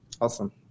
awesome